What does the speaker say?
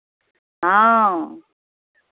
हँ